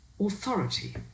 authority